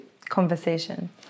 conversation